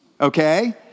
okay